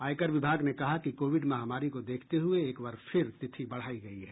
आयकर विभाग ने कहा कि कोविड महामारी को देखते हुए एकबार फिर तिथि बढ़ायी गयी है